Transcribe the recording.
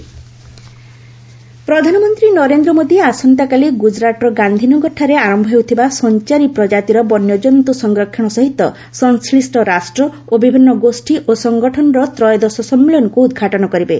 PM COP meeting ପ୍ରଧାନମନ୍ତ୍ରୀ ନରେନ୍ଦ୍ର ମୋଦି ଆସନ୍ତାକାଲି ଗୁଜରାଟ୍ର ଗାନ୍ଧୀନଗରଠାରେ ଆରମ୍ଭ ହେଉଥିବା ସଂଚାରୀ ପ୍ରଜାତିର ବନ୍ୟଜନ୍ତୁ ସଂରକ୍ଷଣ ସହିତ ସଂଶ୍ରିଷ୍ଟ ରାଷ୍ଟ୍ର ଓ ବିଭିନ୍ନ ଗୋଷ୍ଠୀ ଓ ସଂଗଠନର ତ୍ରୟୋଦଶ ସମ୍ମିଳନୀକୁ ଉଦ୍ଘାଟନ କରିବେ